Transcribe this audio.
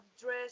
dress